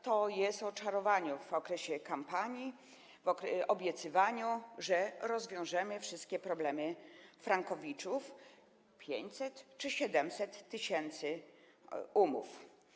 To jest o czarowaniu w okresie kampanii, obiecywaniu, że rozwiążemy wszystkie problemy frankowiczów - 500 czy 700 tys. umów.